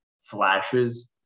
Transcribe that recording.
flashes